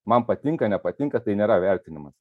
man patinka nepatinka tai nėra vertinimas